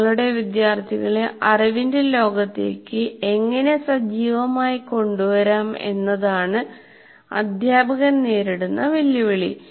തങ്ങളുടെ വിദ്യാർത്ഥികളെ അറിവിന്റെ ലോകത്തേക്ക് എങ്ങിനെ സജീവമായി കൊണ്ടുവരാം എന്നതാണ് അധ്യാപകൻ നേരിടുന്ന വെല്ലുവിളി